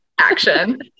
action